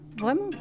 Vraiment